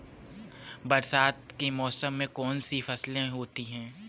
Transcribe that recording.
बरसात के मौसम में कौन कौन सी फसलें होती हैं?